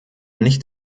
nicht